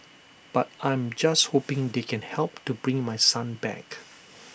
but I am just hoping they can help to bring my son back